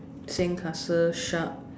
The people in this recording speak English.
sandcastle shark